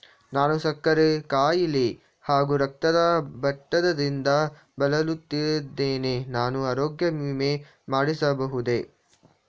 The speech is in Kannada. ನಾನು ಸಕ್ಕರೆ ಖಾಯಿಲೆ ಹಾಗೂ ರಕ್ತದ ಒತ್ತಡದಿಂದ ಬಳಲುತ್ತಿದ್ದೇನೆ ನಾನು ಆರೋಗ್ಯ ವಿಮೆ ಮಾಡಿಸಬಹುದೇ?